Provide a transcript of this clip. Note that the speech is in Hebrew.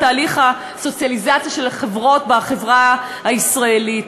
תהליך הסוציאליזציה של החברות בחברה הישראלית.